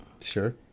Sure